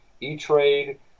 E-Trade